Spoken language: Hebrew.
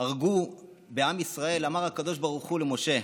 והרגו בעם ישראל, אמר הקדוש ברוך הוא למשה: